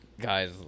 guys